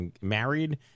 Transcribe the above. married